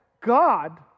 God